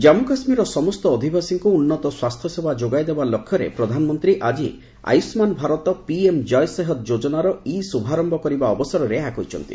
ଜାନ୍ପୁ କାଶ୍ମୀରର ସମସ୍ତ ଅଧିବାସୀଙ୍କୁ ଉନ୍ନତ ସ୍ୱାସ୍ଥ୍ୟସେବା ଯୋଗାଇଦେବା ଲକ୍ଷ୍ୟରେ ପ୍ରଧାନମନ୍ତ୍ରୀ ଆଜି ଆୟୁଷ୍ମାନ୍ ଭାରତ ପିଏମ୍ ଜୟ ସେହତ୍ ଯୋଜନା ଇ ଶୁଭାରମ୍ଭ କରିବା ଅବସରରେ ଏହା କହିଛନ୍ତି